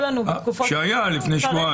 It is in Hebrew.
שהיה לפני שבועיים.